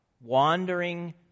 wandering